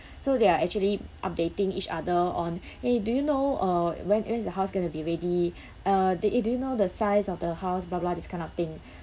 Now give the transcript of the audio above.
so they are actually updating each other on eh do you know uh when when is the house going to be ready uh they eh do you know the size of the house blah blah this kind of thing